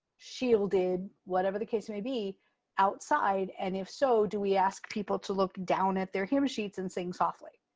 shielded, whatever the case may be outside? and if so, do we ask people to look down at their hymn sheets and sing softly?